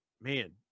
man